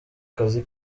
kazi